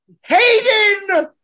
Hayden